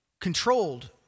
controlled